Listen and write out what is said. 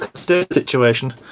situation